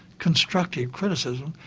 constructive criticism,